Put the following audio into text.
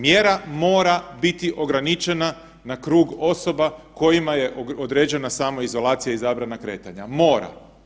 Mjera mora biti ograničena na krug osoba kojima je određena samoizolacija i zabrana kretanja, mora.